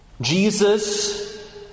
Jesus